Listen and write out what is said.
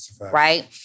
right